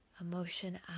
emotion